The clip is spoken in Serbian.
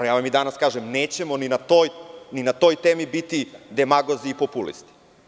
I danas vam kažem nećemo ni na toj temi biti demagozi i populisti.